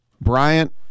Bryant